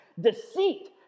deceit